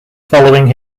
following